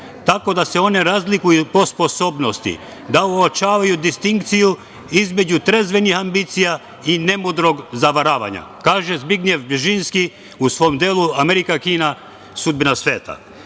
tako da se one razlikuju po sposobnosti da uočavaju distinkciju između trezvenih ambicija i nemudrog zavaravanja“ - kaže Zbignjev Bžežinski u svom delu „Amerika, Kina, sudbina svete“.